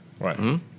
Right